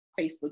Facebook